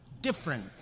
different